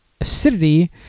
acidity